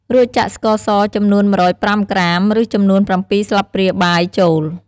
រួចចាក់ស្ករស ចំនួន១០៥ក្រាម ឬចំនួន៧ស្លាបព្រាបាយចូល។